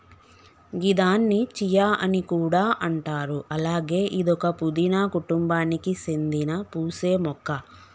గిదాన్ని చియా అని కూడా అంటారు అలాగే ఇదొక పూదీన కుటుంబానికి సేందిన పూసే మొక్క